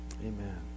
Amen